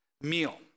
meal